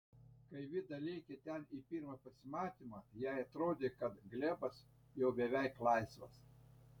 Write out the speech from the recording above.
kai vida lėkė ten į pirmą pasimatymą jai atrodė kad glėbas jau beveik laisvas